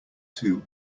two